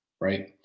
Right